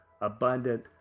abundant